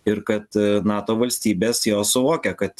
ir kad nato valstybės jos suvokia kad